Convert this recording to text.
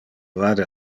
vade